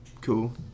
Cool